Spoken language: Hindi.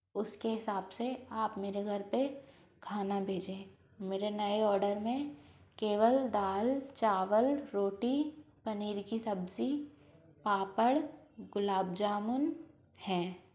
उसके हिसाब से आप मेरे घर पे खाना भेजें मेरे नए ऑर्डर में केवल दाल चावल रोटी पनीर की सब्जी पापड़ गुलाब जामुन हैं